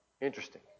Interesting